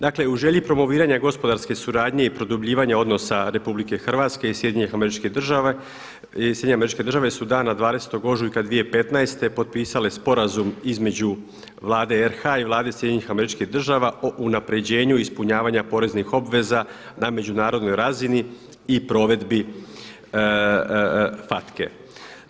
Dakle u želji promoviranja gospodarske suradnje i produbljivanja odnosa RH i SAD-a su dana 20. ožujka 2015. potpisale Sporazum između Vlade RH i Vlade SAD o unapređenju ispunjavanja poreznih obveza na međunarodnoj razini i provedbi FATCA-e.